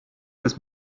ist